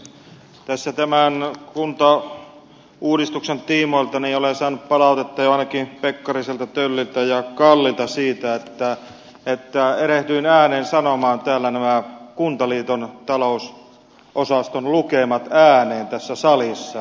tässä tämän kuntauudistuksen tiimoilta olen saanut palautetta jo ainakin pekkariselta tölliltä ja kallilta siitä että erehdyin ääneen sanomaan täällä nämä kuntaliiton talousosaston lukemat tässä salissa